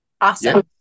Awesome